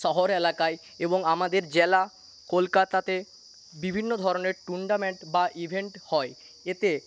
শহর এলাকায় এবং আমাদের জেলা কলকাতাতে বিভিন্ন ধরনের টুর্নামেন্ট বা ইভেন্ট হয় এতে